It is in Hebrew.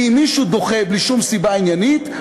כי אם מישהו דוחה בלי שום סיבה עניינית,